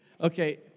Okay